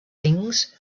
things